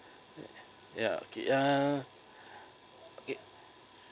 ya okay uh it